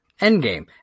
Endgame